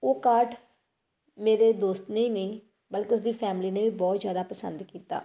ਉਹ ਕਾਰਡ ਮੇਰੇ ਦੋਸਤ ਨੇ ਹੀ ਨਹੀਂ ਬਲਕਿ ਉਸਦੀ ਫੈਮਲੀ ਨੇ ਵੀ ਬਹੁਤ ਜ਼ਿਆਦਾ ਪਸੰਦ ਕੀਤਾ